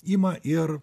ima ir